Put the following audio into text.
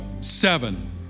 seven